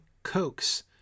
coax